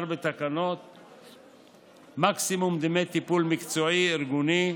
בתקנות (מקסימום דמי טיפול מקצועי-ארגוני),